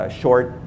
short